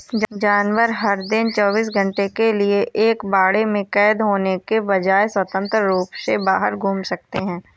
जानवर, हर दिन चौबीस घंटे के लिए एक बाड़े में कैद होने के बजाय, स्वतंत्र रूप से बाहर घूम सकते हैं